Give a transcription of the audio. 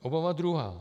Obava druhá.